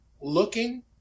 looking